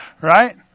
right